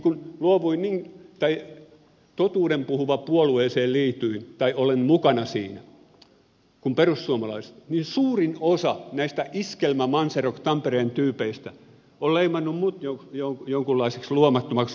kun totuuden puhuvan puolueeseen liityin tai olen mukana siinä perussuomalaisissa niin suurin osa näistä tampereen iskelmämanserocktyypeistä on leimannut minut jonkunlaiseksi luomattomaksi vanhakansalliseksi höperöksi